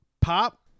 Pop